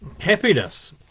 happiness